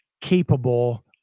capable